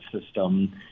system